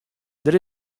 der